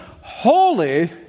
Holy